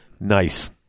Nice